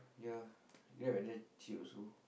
ya Grab like damn cheap also